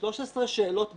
13 שאלות פגומות,